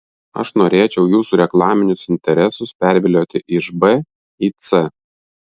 aš norėčiau jūsų reklaminius interesus pervilioti iš b į c